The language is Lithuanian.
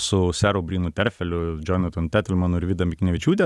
su seru brynu terfeliu džonatanu tetelmanu ir vida miknevičiūte